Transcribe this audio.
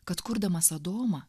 kad kurdamas adomą